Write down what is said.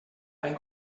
ein